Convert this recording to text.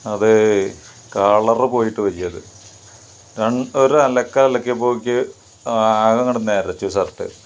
അത് കളറ് പോയിട്ട് വയ്യത് രണ്ട് ഒരലക്കലക്കിയെപ്പോക്ക് ആകങ്ങട്ട് നരച്ചു ഷർട്ട്